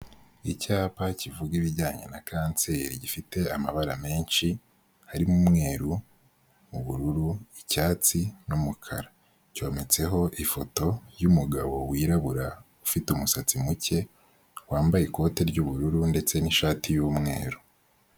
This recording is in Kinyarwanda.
Icyapa kivuga ibijyanye na kanseri gifite amabara menshi, harimo umweru, ubururu, icyatsi n'umukara, cyometseho ifoto y'umugabo wirabura ufite umusatsi muke wambaye ikote ry'ubururu ndetse ni'shati y'umweru.